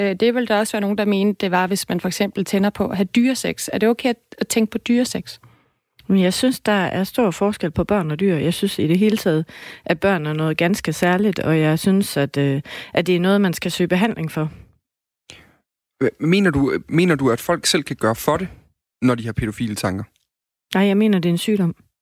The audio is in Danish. Øh, det ville der også være nogen, der mener, det var, hvis man for eksempel tænder på at have dyresex. Er det okay at- at tænke på dyresex? Men jeg synes, der er stor forskel på børn og dyr. Jeg synes i det hele taget, at børn er noget ganske særligt, og jeg synes, at, øh, at det er noget, man skal søge behandling for. Hva- mener du- mener du, at folk selv kan gøre for det, når de har pædofile tanker? Nej, jeg mener, det er en sygdom.